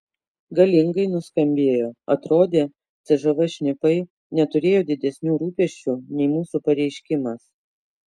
galingai nuskambėjo atrodė cžv šnipai neturėjo didesnių rūpesčių nei mūsų pareiškimas